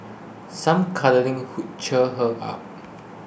some cuddling could cheer her up